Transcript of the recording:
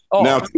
Now